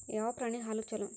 ಯಾವ ಪ್ರಾಣಿ ಹಾಲು ಛಲೋ?